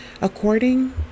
According